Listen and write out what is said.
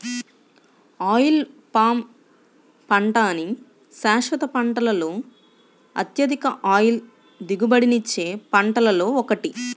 oil palm పంట అన్ని శాశ్వత పంటలలో అత్యధిక ఆయిల్ దిగుబడినిచ్చే పంటలలో ఒకటి